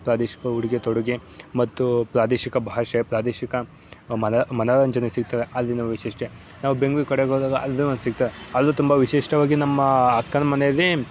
ಪ್ರಾದೇಶಿಕ ಉಡುಗೆ ತೊಡುಗೆ ಮತ್ತು ಪ್ರಾದೇಶಿಕ ಭಾಷೆ ಪ್ರಾದೇಶಿಕ ಮನ ಮನೋರಂಜನೆ ಸಿಗ್ತದೆ ಅಲ್ಲಿನ ವೈಶಿಷ್ಟ್ಯ ನಾವು ಬೆಂಗ್ಳೂರು ಕಡೆಗೆ ಹೋದಾಗ ಅಲ್ಲೂ ಒಂದು ಸಿಗ್ತದೆ ಅಲ್ಲೂ ತುಂಬ ವಿಶಿಷ್ಟವಾಗಿ ನಮ್ಮ ಅಕ್ಕನ ಮನೆಯಲ್ಲಿ